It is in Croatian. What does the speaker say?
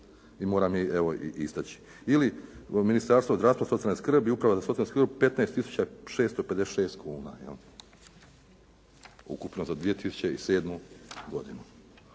i moram je, evo istaći. Ili Ministarstvo zdravstva i socijalnu skrbi i uprava za socijalnu skrb 15656 kuna ukupno za 2007. godinu.